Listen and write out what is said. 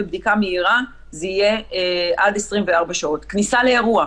ובדיקה מהירה זה יהיה עד 24 שעות כניסה לאירוע.